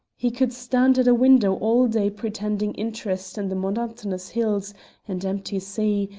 he could stand at a window all day pretending interest in the monotonous hills and empty sea,